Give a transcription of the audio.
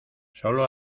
sólo